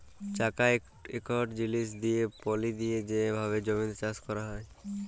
চাকা ইকট জিলিস দিঁয়ে পলি দিঁয়ে যে ভাবে জমিতে চাষ ক্যরা হয়